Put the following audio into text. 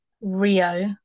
rio